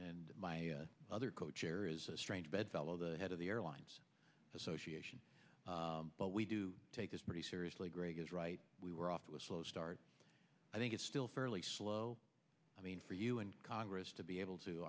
and my other co chair is strange bedfellow the head of the airlines association but we do take this pretty seriously gregg is right we were off to a slow start i think it's still fairly slow i mean for you and congress to be able to